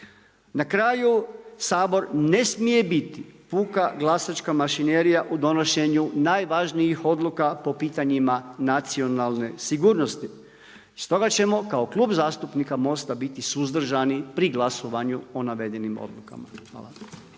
Na kraju Sabor ne smije biti puka glasačka mašinerija u donošenju najvažnijih odluka po pitanjima nacionalne sigurnosti. Stoga ćemo kao Klub zastupnika MOST-a biti suzdržani pri glasovanju o navedenim odlukama.